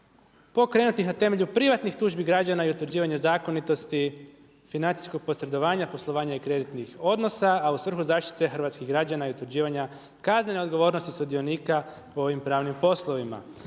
pokrenutih na temelju privatnih tužbi građana i utvrđivanja zakonitosti financijskog posredovanja, poslovanja i kreditnih odnosa, a u svrhu zaštite hrvatskih građana i utvrđivanja kaznene odgovornosti sudionika u ovim pravnim poslovima“